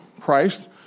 Christ